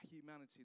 humanity